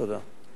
תודה.